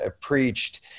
preached